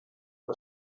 the